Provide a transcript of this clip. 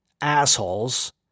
assholes